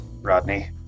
Rodney